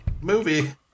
movie